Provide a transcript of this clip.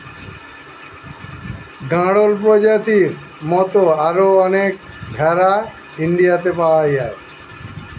গাড়ল প্রজাতির মত আরো অনেক ভেড়া ইন্ডিয়াতে পাওয়া যায়